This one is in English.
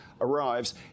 arrives